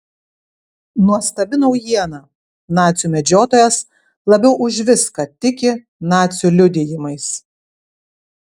nuostabi naujiena nacių medžiotojas labiau už viską tiki nacių liudijimais